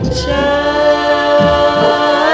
child